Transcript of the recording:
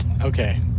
Okay